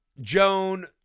Joan